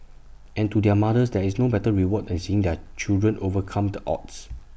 and to their mothers there is no better reward than seeing their children overcome the odds